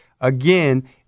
again